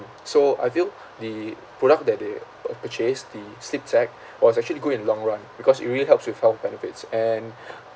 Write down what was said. so I feel the product that they uh purchased the slip tech was actually good in long run because it really helps with health benefits and